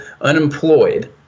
unemployed